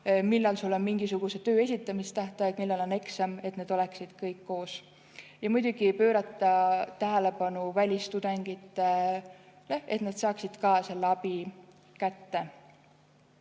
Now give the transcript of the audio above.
millal sul on mingisuguse töö esitamise tähtaeg, millal on eksam, vaid need oleksid kõik koos. Ja muidugi ei ole pööratud tähelepanu välistudengitele, et ka nemad saaksid selle abi kätte.